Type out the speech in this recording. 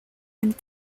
and